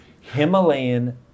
Himalayan